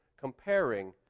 comparing